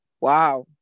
Wow